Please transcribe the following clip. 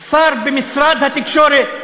שר במשרד התקשורת.